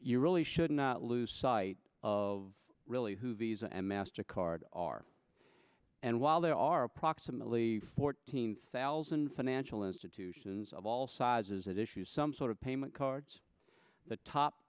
you really should not lose sight of really who visa and master card are and while there are approximately fourteen thousand financial institutions of all sizes that issue some sort of payment cards the top